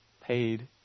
paid